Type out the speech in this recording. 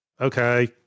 Okay